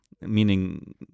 Meaning